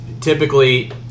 typically